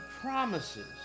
promises